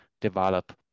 develop